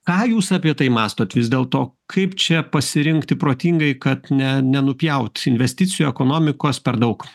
ką jūs apie tai mąstot vis dėlto kaip čia pasirinkti protingai kad ne nenupjaut investicijų ekonomikos per daug